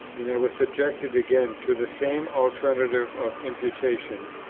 and i was subjected again to the same alternative of imputations,